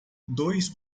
dois